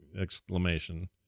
exclamation